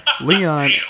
Leon